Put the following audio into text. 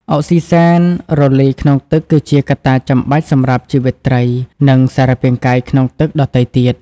អុកស៊ីហ្សែនរលាយក្នុងទឹកគឺជាកត្តាចាំបាច់សម្រាប់ជីវិតត្រី និងសារពាង្គកាយក្នុងទឹកដទៃទៀត។